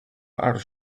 are